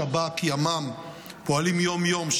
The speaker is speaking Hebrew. שב"כ וימ"מ פועלים יום-יום,